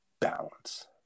balance